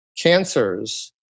cancers